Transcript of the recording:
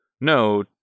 No